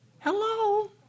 Hello